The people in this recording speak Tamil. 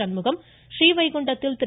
சண்முகம் ஸ்ரீவைகுண்டத்தில் திரு